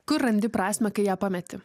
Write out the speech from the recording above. kur randi prasmę kai ją pameti